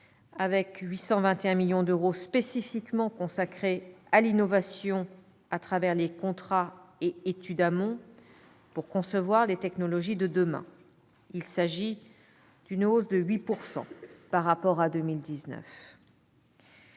avec 821 millions d'euros spécifiquement consacrés à l'innovation à travers les contrats et études amont pour concevoir les technologies de demain. Il s'agit d'une hausse de 8 % par rapport à 2019.